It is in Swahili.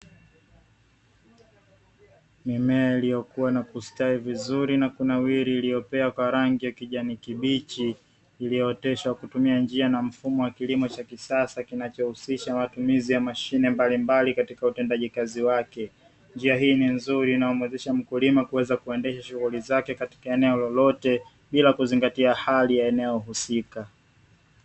Mimea iliyokua na kustawi vizuri na kunawili yenye rangi ya kijani kibichi, iliyooteshwa kwa kutumia njia na mfumo wa kilimo cha kisasa kinachohusisha matumizi ya mashine mbalimbali katika utendaji nkazi wake. Njia hii ni nzuri inayomuwezesha mkulima kuweza kuendesha shughuli zake katika eneo lolote bila kuzingatia hali ya eneo husika.